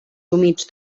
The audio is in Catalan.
humits